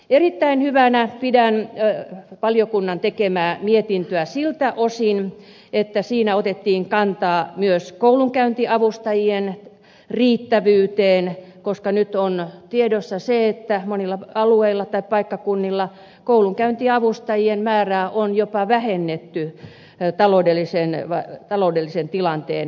erittäin hyvänä pidän valiokunnan tekemää mietintöä siltä osin että siinä otettiin kantaa myös koulunkäyntiavustajien riittävyyteen koska nyt on tiedossa se että monilla alueilla tai paikkakunnilla koulunkäyntiavustajien määrää on jopa vähennetty taloudellisen tilanteen myötä